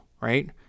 right